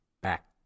back